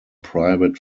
private